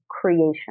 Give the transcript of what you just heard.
creation